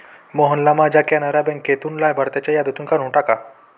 मोहनना माझ्या कॅनरा बँकेतून लाभार्थ्यांच्या यादीतून काढून टाका